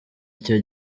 icyo